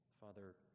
Father